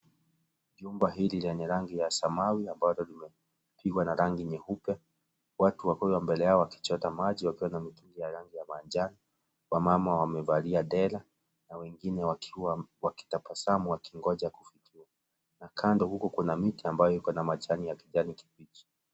Jumba hili lenye rangi ya samawati ambalo limepigwa na rangi nyeupe watu wa kule mbele yao wakichota maji wakiwa na mitungi ya rangi ya manjano wamama wamevalia dera na wengine wakiwa wakitabasamu wakingoja kufikiwa na kando huko kuna miti ambayo ikona majani ya kijani kibichi.